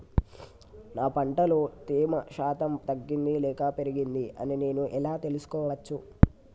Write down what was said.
నా పంట లో తేమ శాతం తగ్గింది లేక పెరిగింది అని నేను ఎలా తెలుసుకోవచ్చు?